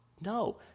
No